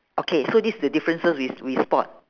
okay so this is the differences we we spot